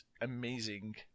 amazing